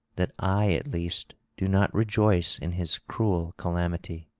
that i at least do not rejoice in his cruel calamity.